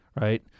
right